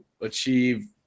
achieve